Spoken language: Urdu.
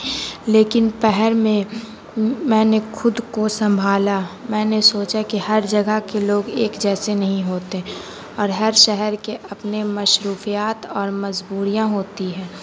لیکن پہر میں میں نے خود کو سنبھالا میں نے سوچا کہ ہر جگہ کے لوگ ایک جیسے نہیں ہوتے اور ہر شہر کے اپنے مصروفیات اور مجبوریاں ہوتی ہیں